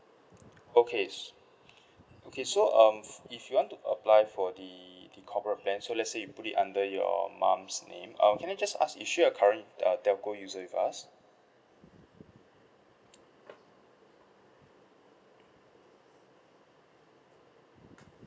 okay s~ okay so um f~ if you want to apply for the the corporate plan so let's say you put in under your mum's name um can I just ask is she a current uh telco user with us